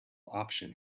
option